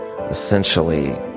essentially